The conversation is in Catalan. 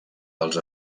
dels